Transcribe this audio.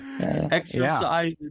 Exercise